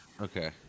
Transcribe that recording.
Okay